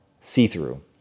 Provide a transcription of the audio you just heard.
see-through